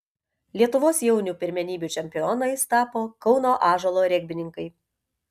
lietuvos jaunių pirmenybių čempionais tapo kauno ąžuolo regbininkai